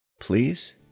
Please